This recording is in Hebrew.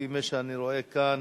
לפי מה שאני רואה כאן,